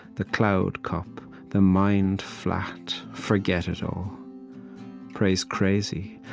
the cloud cup the mind flat, forget it all praise crazy.